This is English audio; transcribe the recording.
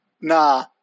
nah